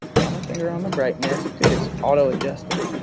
got my finger on the brightness. dude it's auto adjusting.